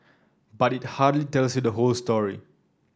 but it hardly tells you the whole story